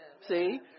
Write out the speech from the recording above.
see